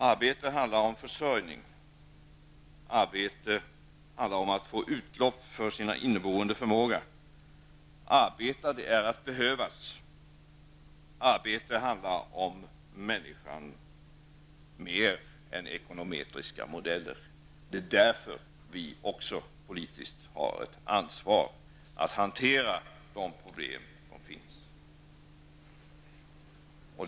Arbete handlar om försörjning. Arbete handlar om att få utlopp för sin inneboende förmåga. Att arbeta är att behövas. Arbete handlar om människan mer än om ekonometriska modeller. Det är därför vi också politiskt har ett ansvar för att hantera de problem som finns.